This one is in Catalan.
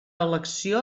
elecció